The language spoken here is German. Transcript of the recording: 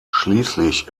schließlich